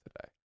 today